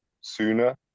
sooner